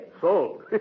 Sold